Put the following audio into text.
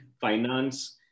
finance